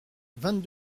vingt